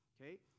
Okay